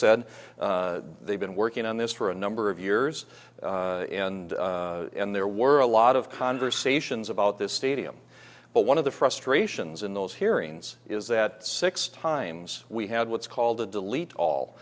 said they've been working on this for a number of years and there were a lot of conversations about this stadium but one of the frustrations in those hearings is that six times we had what's called a delete